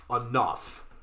enough